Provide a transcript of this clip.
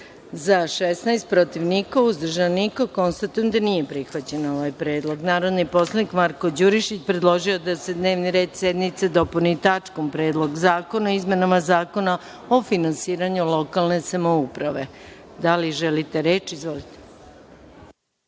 protiv – niko, uzdržan – niko. Konstatujem da nije prihvaćen ovaj predlog. Narodni poslanik Marko Đurišić predložio je da se dnevni red sednice dopuni tačkom – Predlog zakona o izmenama Zakona o finansiranju lokalne samouprave. Reč ima narodni poslanik